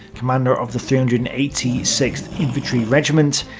commander of the three hundred and eighty sixth infantry regiment,